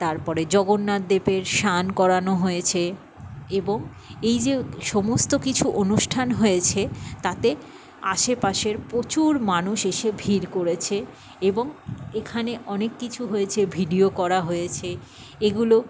তারপরে জগন্নাথ দেবের স্নান করানো হয়েছে এবং এই যে সমস্ত কিছু অনুষ্ঠান হয়েছে তাতে আশেপাশের প্রচুর মানুষ এসে ভিড় করেছে এবং এখানে অনেক কিছু হয়েছে ভিডিও করা হয়েছে এগুলো